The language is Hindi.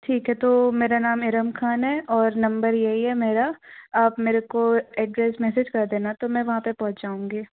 ठीक है तो मेरा नाम मेहरम ख़ान है और नंबर यही है मेरा आप मेरे को एड्रैस मैसेज कर देना तो मैं वहाँ पर पहुँच जाऊँगी